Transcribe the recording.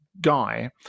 guy